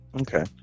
Okay